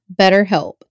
BetterHelp